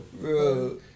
bro